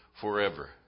forever